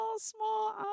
small